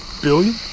Billion